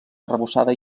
arrebossada